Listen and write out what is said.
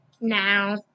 now